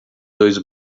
dois